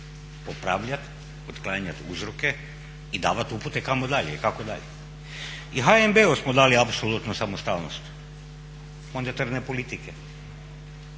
popravljati, otklanjati uzroke i davati upute kamo dalje i kako dalje. I HNB-u smo dali apsolutnu samostalnost monetarne politike